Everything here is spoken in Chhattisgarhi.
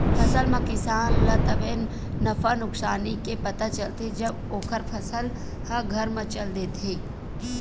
फसल म किसान ल तभे नफा नुकसानी के पता चलथे जब ओखर फसल ह घर म चल देथे